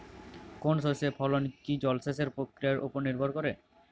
কোনো শস্যের ফলন কি জলসেচ প্রক্রিয়ার ওপর নির্ভর করে?